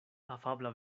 afabla